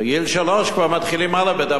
בגיל שלוש כבר מתחילים אל"ף-בי"ת.